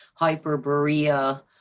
Hyperborea